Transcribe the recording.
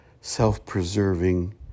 self-preserving